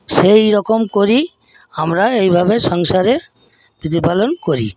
সেইরকম করেই আমরা এইভাবে সংসারে প্রতিপালন করি